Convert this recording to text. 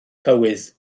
cywydd